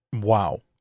wow